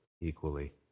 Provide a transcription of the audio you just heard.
equally